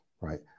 right